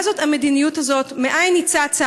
מה זאת המדיניות הזאת, מאין היא צצה?